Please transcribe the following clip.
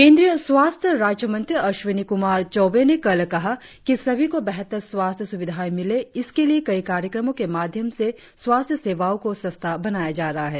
केंद्रीय स्वास्थ्य राज्यमंत्री अश्विनी क्रमार चौबे ने कल कहा कि सभी को बेहतर स्वास्थ्य सुविधाएं मिले इसके लिए कई कार्यक्रमों के माध्यम से स्वास्थ्य सेवाओं को सस्ता बनाया जा रहा है